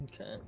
Okay